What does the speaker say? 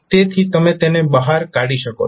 તેથી તમે તેને બહાર કાઢી શકો છો